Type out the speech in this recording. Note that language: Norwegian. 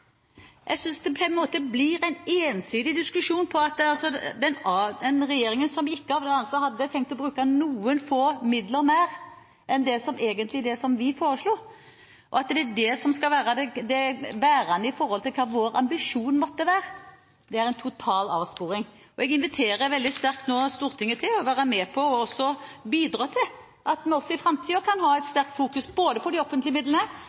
som gikk av, hadde tenkt å bruke noen få midler mer enn det vi foreslo, og at det skal være det bærende når det gjelder hva vår ambisjon måtte være, er en total avsporing. Jeg inviterer veldig sterkt Stortinget til å være med på å bidra til at vi også i framtiden kan ha en sterk fokusering på de offentlige midlene,